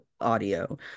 audio